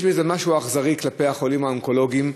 יש בזה משהו אכזרי כלפי החולים האונקולוגיים,